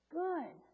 good